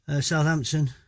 Southampton